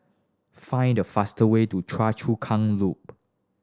find the fastest way to Chua Chu Kang Loop